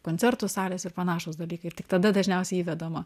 koncertų salės ir panašūs dalykai ir tik tada dažniausiai įvedama